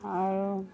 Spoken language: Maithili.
आओर